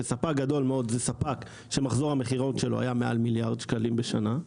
שספק גדול מאוד זה ספק שמחזור המכירות שלו היה מעל מיליארד שקלים בשנה,